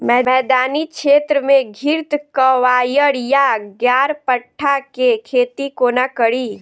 मैदानी क्षेत्र मे घृतक्वाइर वा ग्यारपाठा केँ खेती कोना कड़ी?